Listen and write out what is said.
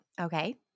Okay